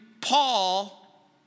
Paul